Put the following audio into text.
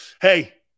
Hey